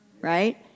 right